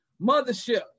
mothership